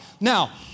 Now